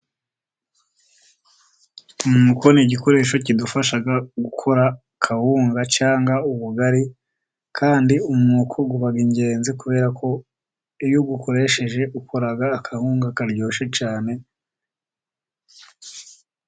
Umwuko ni igikoresho kidufasha gukora kawunga cyangwa ubugari, kandi umwuko uba ingenzi, kandi iyo wawukoresheje kawunga ugira kawunga iryoshye cyane.